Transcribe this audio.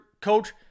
coach